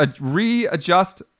readjust